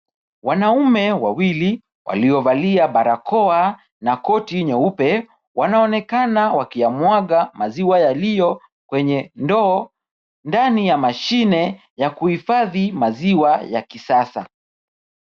Wanaume wawili waliovalia barakoa na koti nyeupe wanaonekana wakiamua kumwaga maziwa yaliyo kwenye ndoo, ndani ya mashine ya kuhifadhi maziwa ya kisasa.